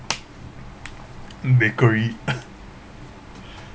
bakery